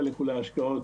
חלק אולי השקעות